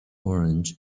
orange